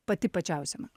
pati pačiausia man